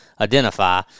identify